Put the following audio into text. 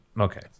okay